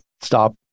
stop